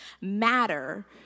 matter